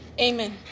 Amen